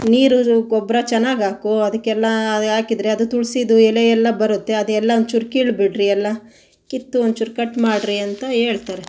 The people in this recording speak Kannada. ನೀರು ಗೊಬ್ಬರ ಚೆನ್ನಾಗಾಕು ಅದಕ್ಕೆಲ್ಲ ಹಾಕಿದರೆ ಅದು ತುಳಸಿದು ಎಲೆ ಎಲ್ಲ ಬರುತ್ತೆ ಅದು ಎಲ್ಲ ಒಂಚೂರು ಕೀಳ್ಬಿಡ್ರಿ ಎಲ್ಲ ಕಿತ್ತು ಒಂಚೂರು ಕಟ್ ಮಾಡಿರಿ ಅಂತ ಹೇಳ್ತಾರೆ